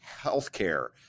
healthcare